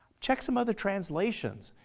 check some other translations.